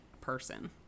person